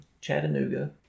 Chattanooga